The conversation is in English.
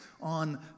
on